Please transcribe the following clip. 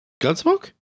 Gunsmoke